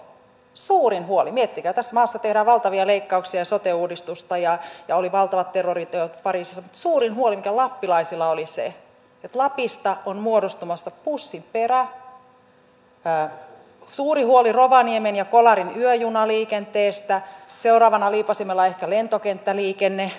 suurin huoli miettikää tässä maassa tehdään valtavia leikkauksia ja sote uudistusta ja oli valtavat terroriteot pariisissa mikä lappilaisilla oli oli se että lapista on muodostumassa pussinperä suuri huoli rovaniemen ja kolarin yöjunaliikenteestä seuraavana liipaisimella ehkä lentokenttäliikenne